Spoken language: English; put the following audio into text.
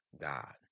God